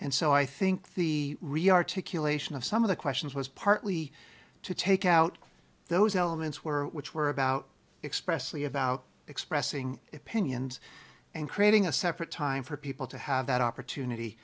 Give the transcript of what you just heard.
and so i think the rearticulated of some of the questions was partly to take out those elements were which were about expressly about expressing opinions and creating a separate time for people to have that opportunity